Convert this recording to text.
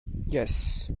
yes